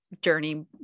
journey